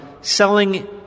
selling